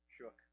shook